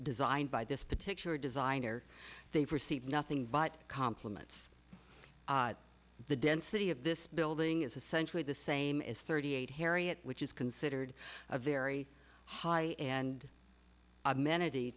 design by this particular designer they've received nothing but compliments the density of this building is essentially the same as thirty eight harriet which is considered a very high and amenit